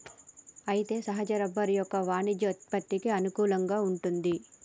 అయితే సహజ రబ్బరు యొక్క వాణిజ్య ఉత్పత్తికి అనుకూలంగా వుంటుంది